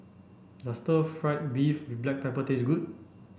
does stir fried beef with black pepper taste good